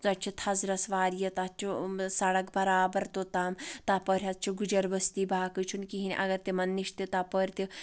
تَتہِ چھِ تھزرَس واریاہ تَتھ چھُ سڑک برابر توٚتام تَپٲرۍ حٕظ چھُ گُجَربٕستِی باقٕے چھُنہٕ کِہیٖنۍ اگر تِمَن نِش تہِ تَپٲرۍ تہِ